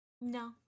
no